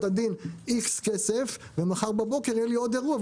הדין סכום כסף ולמחרת בבוקר יהיה לי עוד אירוע,